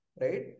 right